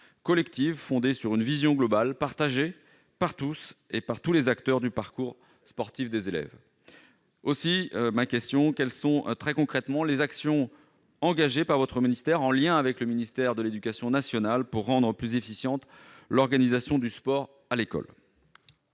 collective fondée sur une vision globale, partagée par tous les acteurs du parcours sportif des élèves. Quelles sont les actions engagées par votre ministère, en lien avec le ministère de l'éducation nationale, pour rendre plus efficiente l'organisation du sport à l'école ?